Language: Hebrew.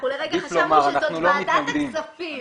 אנחנו לרגע חשבנו שזאת ועדת הכספים.